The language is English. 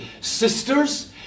Sisters